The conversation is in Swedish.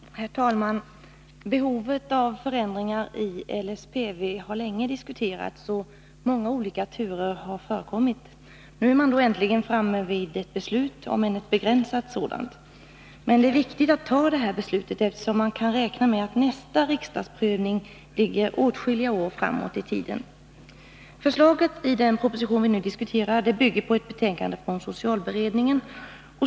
Herr talman! Behovet av förändringar i LSPV har länge diskuterats, och många olika turer har förekommit. Nu är man äntligen framme vid ett beslut, om än ett begränsat sådant. Men det är viktigt att fatta detta beslut, eftersom man kan räkna med att nästa riksdagsprövning ligger åtskilliga år framåt i tiden. Förslaget i den proposition som vi nu diskuterar bygger på ett betänkande från socialberedningen.